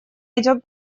идет